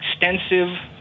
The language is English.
extensive